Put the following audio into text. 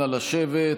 אנא, לשבת.